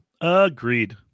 Agreed